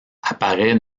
apparaît